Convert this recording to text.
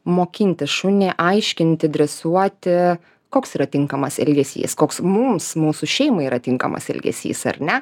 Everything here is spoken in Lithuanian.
mokinti šunį aiškinti dresuoti koks yra tinkamas elgesys koks mums mūsų šeimai yra tinkamas elgesys ar ne